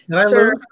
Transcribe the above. sir